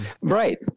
Right